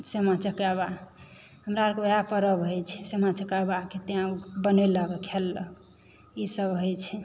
सामा चकेवा हमरा अरके वएह परव होइ छै सामा चकेवाके तैं बनेलक आओर खेललक ई सब होइ छै